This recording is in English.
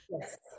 Yes